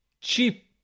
cheap